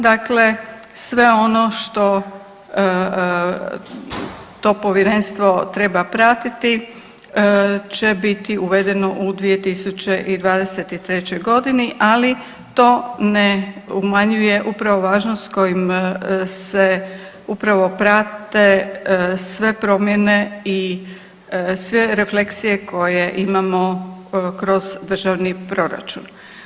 Dakle sve ono što to Povjerenstvo treba pratiti će biti uvedeno u 2023. godini, ali to ne umanjuje upravo važnost kojim se upravo prate sve promjene i sve refleksije koje imamo kroz državni proračun.